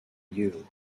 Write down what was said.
you